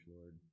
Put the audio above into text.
Lord